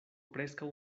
preskaŭ